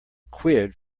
quid